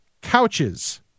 couches